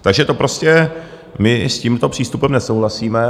Takže to prostě my s tímto přístupem nesouhlasíme.